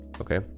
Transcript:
Okay